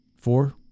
Four